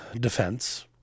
defense